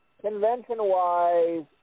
Convention-wise